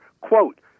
Quote